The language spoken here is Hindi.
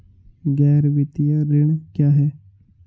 गैर वित्तीय ऋण क्या है?